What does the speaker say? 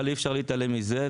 אבל אי אפשר להתעלם מזה,